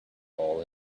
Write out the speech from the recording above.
all